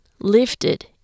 lifted